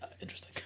interesting